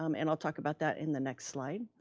um and i'll talk about that in the next slide.